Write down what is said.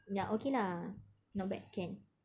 ya okay lah not bad can